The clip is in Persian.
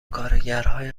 کارگرهای